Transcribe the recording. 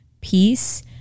peace